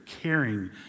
caring